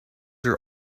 are